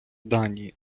данії